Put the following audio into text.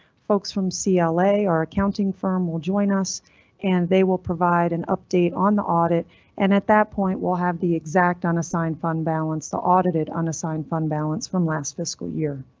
folks from ah cla our accounting. firm will join us and they will provide an update on the audit and at that point we'll have the exact unassigned fund balance the audited unassigned fund balance from last fiscal year.